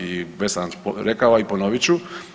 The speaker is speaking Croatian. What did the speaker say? I već sam rekao, a i ponovit ću.